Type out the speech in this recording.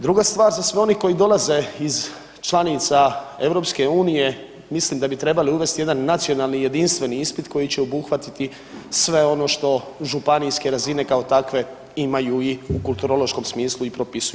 Druga stvar za sve one koji dolaze iz članica EU mislim da bi trebali uvesti jedan nacionalan jedinstveni ispit koji će obuhvatiti sve ono što županijske razine kao takve imaju i u kulturološkom smislu i propisuju.